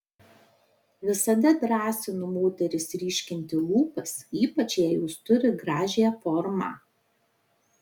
visada drąsinu moteris ryškinti lūpas ypač jei jos turi gražią formą